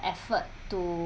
effort to